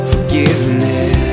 Forgiveness